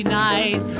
night